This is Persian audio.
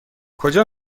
کجا